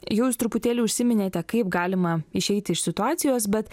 jūs truputėlį užsiminėte kaip galima išeiti iš situacijos bet